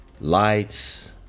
lights